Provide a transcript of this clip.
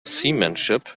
seamanship